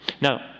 Now